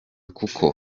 kuko